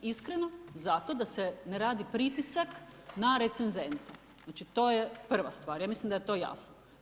Iskreno zato da se ne radi pritisak na RCZ, znači to je prva stvar, ja mislim da je to jasno.